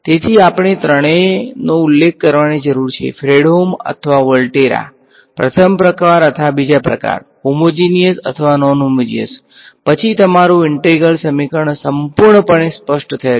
તેથી આપણે ત્રણેયનો ઉલ્લેખ કરવાની જરૂર છે ફ્રેડહોમ અથવા વોલ્ટેરા પ્રથમ પ્રકાર અથવા બીજા પ્રકાર હોમેજીનીયસ અથવા નોનહોમેજીનીયસ પછી તમારું ઈંટેગ્રલ સમીકરણ સંપૂર્ણપણે સ્પષ્ટ થયેલ છે